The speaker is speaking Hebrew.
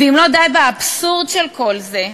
ואם לא די באבסורד של כל זה,